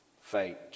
fate